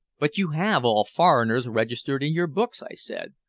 but you have all foreigners registered in your books, i said.